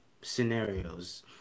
scenarios